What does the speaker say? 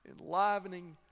enlivening